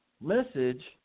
message